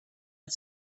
its